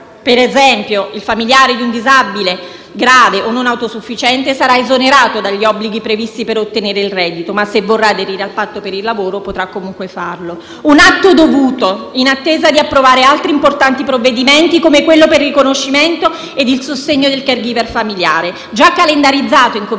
per esempio, il familiare di un disabile grave o non autosufficiente sarà esonerato dagli obblighi previsti per ottenere il reddito ma, se vorrà aderire al patto per il lavoro, potrà comunque farlo. Un atto dovuto, in attesa di approvare altri importanti provvedimenti, come quello per il riconoscimento e il sostegno del *caregiver* familiare, già calendarizzato in Commissione